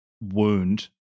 wound